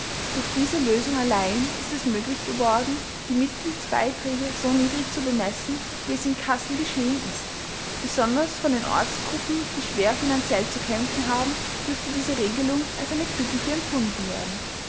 durch diese lösung allein ist es möglich geworden die mitgliedsbeiträge so niedrig zu bemessen wie es in kassel geschehen ist besonders von den ortsgruppen die schwer finanziell zu kämpfen haben dürfte diese regelung als eine glückliche empfunden werden